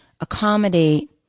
accommodate